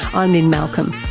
i'm lynne malcolm.